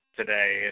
today